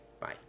bye